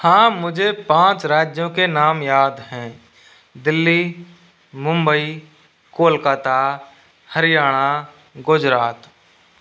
हाँ मुझे पाँच राज्यों के नाम याद हैं दिल्ली मुंबई कोलकाता हरियाणा गुजरात